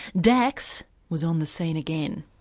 dax was on the scene again.